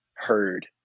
heard